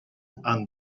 and